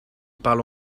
parle